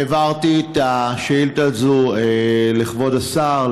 העברתי את השאילתה הזאת לכבוד השר,